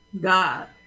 God